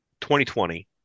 2020